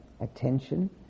attention